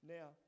Now